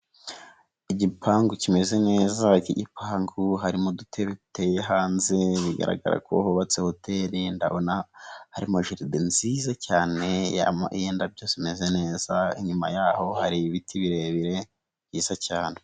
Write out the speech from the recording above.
Igipangu kimeze neza iki gipangu harimo udute duteye hanze bigaragara ko hubatse hoteri, ndabona harimo jaride nziza cyane y'indabyo zimeze neza, inyuma yaho hari ibiti birebire byiza cyane.